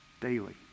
daily